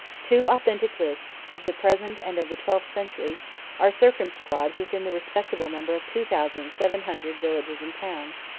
two authentic lists, of the present and of the twelfth century, are circumscribed within the respectable number of two thousand seven hundred villages and towns.